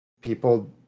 People